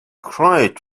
cried